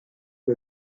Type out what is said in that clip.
que